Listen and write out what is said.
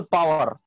Power